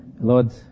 Lord